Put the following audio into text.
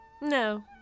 No